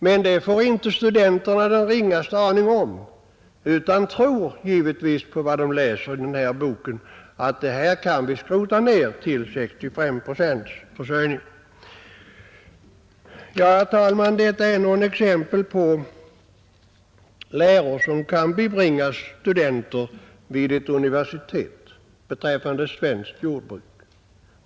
Men det får inte studenterna den ringaste aning om, utan de tror givetvis på vad de läser i den här boken, att vi kan gå ned till 65 procents försörjning. Herr talman! Detta är några exempel på läror som kan bibringas studenter vid ett universitet beträffande svenskt jordbruk.